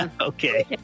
Okay